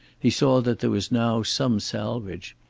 he saw that there was now some salvage,